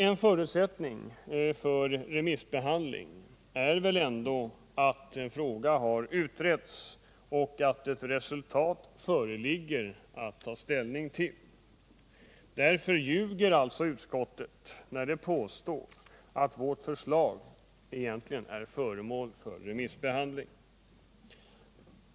En förutsättning för remissbehandling är ändå att frågan har utretts och ett resultat föreligger att ta ställning till. Därför ljuger utskottet när det påstår att vårt förslag är föremål för remissbehandling.